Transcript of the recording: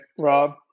Rob